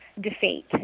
defeat